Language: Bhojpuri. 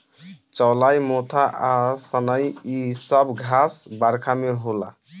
चौलाई मोथा आ सनइ इ सब घास बरखा में होला